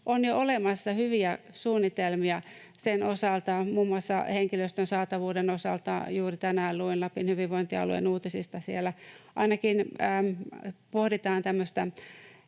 on jo olemassa hyviä suunnitelmia sen osalta. Muun muassa henkilöstön saatavuuden osalta juuri tänään luin Lapin hyvinvointialueen uutisista, että siellä ainakin pohditaan tämmöistä